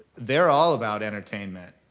they're all about entertainment.